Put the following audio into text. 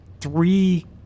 three